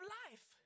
life